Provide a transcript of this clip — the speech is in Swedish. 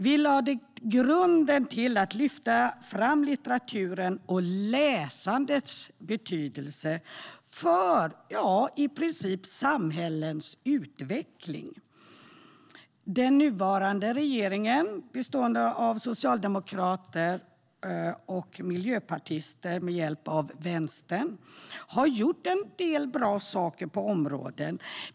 Vi lade grunden till att lyfta fram litteraturens och läsandets betydelse för i princip samhällens utveckling. Den nuvarande regeringen, bestående av socialdemokrater och miljöpartister med hjälp av Vänstern, har gjort en del bra saker på området.